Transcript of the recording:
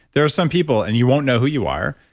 there are some people, and you won't know who you are,